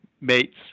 mates